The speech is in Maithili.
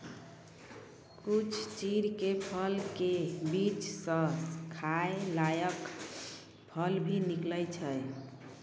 कुछ चीड़ के फल के बीच स खाय लायक फल भी निकलै छै